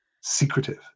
secretive